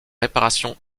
réparations